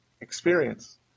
experience